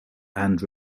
and